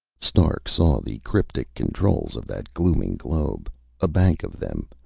stark saw the cryptic controls of that glooming globe a bank of them,